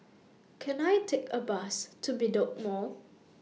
Can I Take A Bus to Bedok Mall